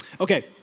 Okay